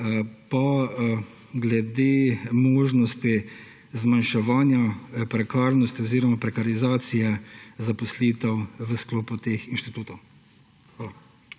pa glede možnosti zmanjševanja prekarnosti oziroma prekarizacije zaposlitev v sklopu teh inštitutov.